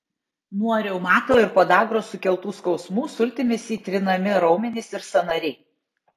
nuo reumato ir podagros sukeltų skausmų sultimis įtrinami raumenys ir sąnariai